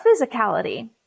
physicality